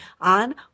on